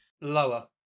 lower